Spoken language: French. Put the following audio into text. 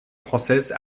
française